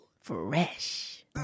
fresh